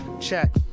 check